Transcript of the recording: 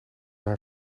haar